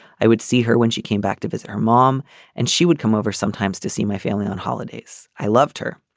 i would see her when she came back to visit her mom and she would come over sometimes to see my family on holidays. i loved her.